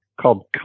called